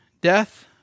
death